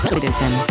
Citizen